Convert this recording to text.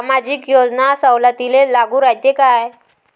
सामाजिक योजना सर्वाईले लागू रायते काय?